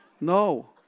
No